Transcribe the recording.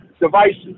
devices